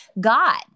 God